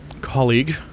colleague